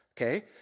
Okay